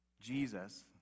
Jesus